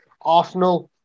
Arsenal